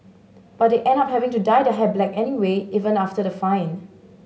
but they end up having to dye their hair black anyway even after the fine